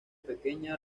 pequeña